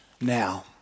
Now